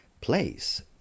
place